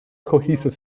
cohesive